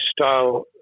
style